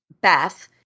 Beth